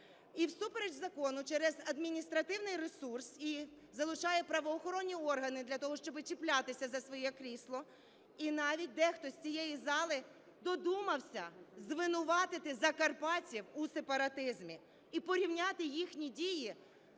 і всупереч закону через адміністративний ресурс залучає правоохоронні органи для того, щоб чіплятися за своє крісло. І навіть дехто з цієї зали додумався звинуватити закарпатців у сепаратизмі і порівняти їхні дії